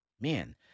Man